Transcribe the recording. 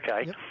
Okay